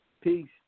Peace